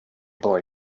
boy